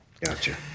Gotcha